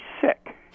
sick